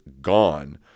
gone